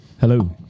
Hello